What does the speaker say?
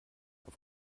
auf